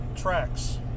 Tracks